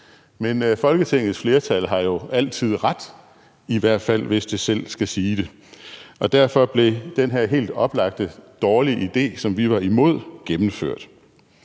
Men Folketingets flertal har jo altid ret, i hvert fald hvis det selv skal sige det, og derfor blev den her helt oplagt dårlige idé, som vi var imod, gennemført.